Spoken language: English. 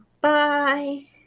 Bye